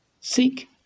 Seek